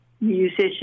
musician